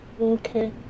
Okay